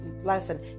lesson